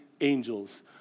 angels